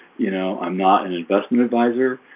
you know, i'm not an investment advisor.